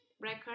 Record